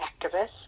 activist